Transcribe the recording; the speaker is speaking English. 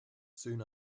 soon